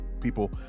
people